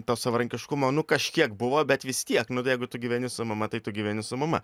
to savarankiškumo nu kažkiek buvo bet vis tiek nu tai jeigu tu gyveni su mama tai tu gyveni su mama